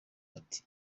ati